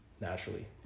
naturally